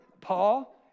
Paul